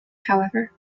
however